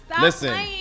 Listen